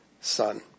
Son